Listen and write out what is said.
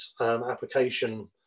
application